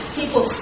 people